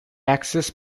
access